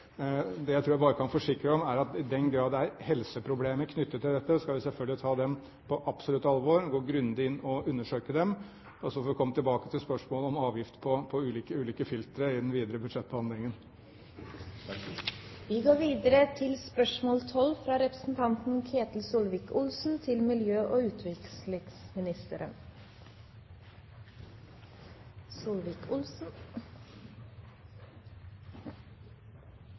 Det jeg tror jeg kan forsikre om, er at i den grad det er helseproblemer knyttet til dette, skal vi selvfølgelig ta dem på absolutt alvor og gå grundig inn og undersøke dem. Så får vi komme tilbake til spørsmålet om avgift på ulike filtre i den videre